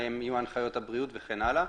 מה יהיו הנחיות הבריאות וכן הלאה,